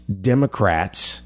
Democrats